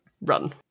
run